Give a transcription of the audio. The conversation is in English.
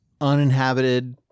Uninhabited